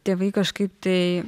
tėvai kažkaip tai